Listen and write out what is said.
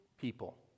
people